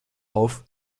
auf